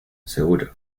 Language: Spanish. seguro